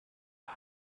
mal